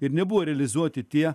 ir nebuvo realizuoti tie